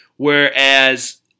Whereas